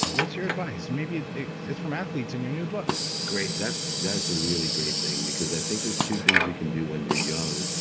ah what's your advice? maybe it's from athletes in your new book great. that's that's a really great thing, because i think there's two things we can do when we're young,